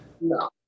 No